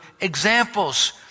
examples